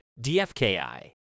DFKI